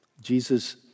Jesus